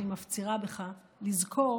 אני מפצירה בך לזכור